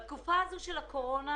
בתקופה הזאת של הקורונה